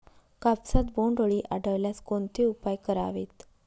कापसात बोंडअळी आढळल्यास कोणते उपाय करावेत?